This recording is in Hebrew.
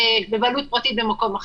הם שינו את זה בהתאם להעדפות של הממשלה.